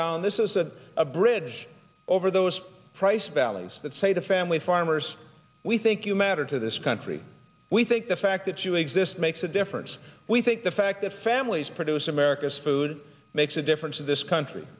down this is a bridge over those price valleys that say the family farmers we think you matter to this country we think the fact that you exist makes a difference we think the fact that families produce america's food makes a difference in this country